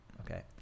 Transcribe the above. Okay